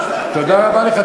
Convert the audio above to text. תודה רבה לך.